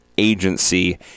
agency